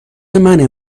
منه